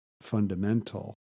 fundamental